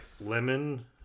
lemon